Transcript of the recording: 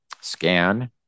scan